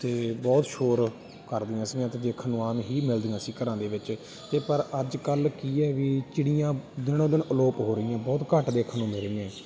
ਅਤੇ ਬਹੁਤ ਸ਼ੋਰ ਕਰਦੀਆਂ ਸੀਗੀਆਂ ਅਤੇ ਦੇਖਣ ਨੂੰ ਆਮ ਹੀ ਮਿਲਦੀਆਂ ਸੀ ਘਰਾਂ ਦੇ ਵਿੱਚ ਅਤੇ ਪਰ ਅੱਜ ਕੱਲ ਕੀ ਹੈ ਵੀ ਚਿੜੀਆਂ ਦਿਨੋ ਦਿਨ ਅਲੋਪ ਹੋ ਰਹੀਆਂ ਬਹੁਤ ਘੱਟ ਦੇਖਣ ਨੂੰ ਮਿਲ ਰਹੀਆਂ